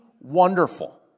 wonderful